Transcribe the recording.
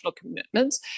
commitments